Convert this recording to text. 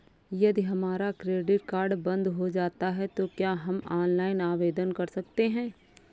यदि हमारा credit card बंद हो जाता है तो क्या हम ऑनलाइन आवेदन कर सकते हैं?